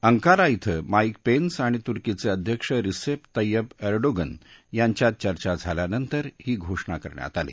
Ankara श Mike Pence आणि तुर्कीचे अध्यक्ष रिसेप तय्यप एर्डोगन यांच्यात चर्चा झाल्यानंतर ही घोषणा करण्यात आली